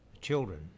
Children